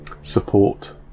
support